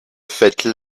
faites